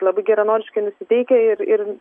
labai geranoriškai nusiteikę ir ir